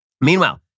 Meanwhile